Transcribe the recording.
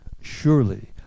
surely